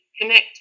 connect